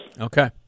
Okay